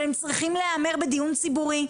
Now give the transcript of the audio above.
אבל הם צריכים להיאמר בדיון ציבורי,